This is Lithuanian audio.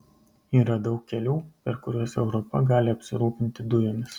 yra daug kelių per kuriuos europa gali apsirūpinti dujomis